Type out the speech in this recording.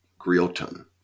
Griotun